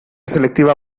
selectiva